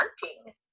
hunting